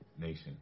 nation